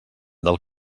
del